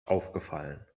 aufgefallen